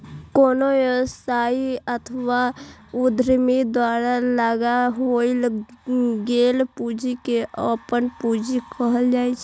कोनो व्यवसायी अथवा उद्यमी द्वारा लगाओल गेल पूंजी कें अपन पूंजी कहल जाइ छै